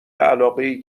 علاقهای